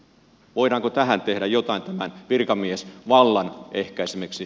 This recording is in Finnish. voidaanko tähän tehdä jotain tämän virkamiesvallan ehkäisemiseksi